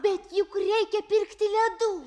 bet juk reikia pirkti ledų